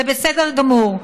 זה בסדר גמור.